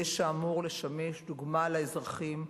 זה שאמור לשמש דוגמה לאזרחים,